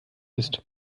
ist